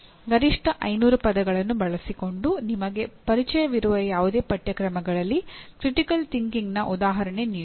ಗರಿಷ್ಠ 500 ಪದಗಳನ್ನು ಬಳಸಿಕೊಂಡು ನಿಮಗೆ ಪರಿಚಯವಿರುವ ಯಾವುದೇ ಪಠ್ಯಕ್ರಮಗಳಲ್ಲಿ ಕ್ರಿಟಿಕಲ್ ಥಿಂಕಿಂಗ್ ನ ಉದಾಹರಣೆ ನೀಡಿ